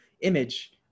image